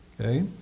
Okay